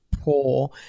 poor